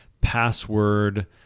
password